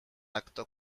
acto